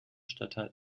stadtteil